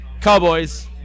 Cowboys